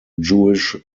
jewish